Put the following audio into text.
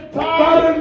time